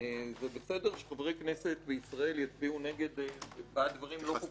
זה בסדר שחברי כנסת בישראל יצביעו בעד דברים לא חוקתיים,